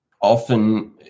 often